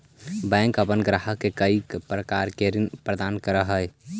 bank अपन ग्राहक के कईक प्रकार के ऋण प्रदान करऽ हइ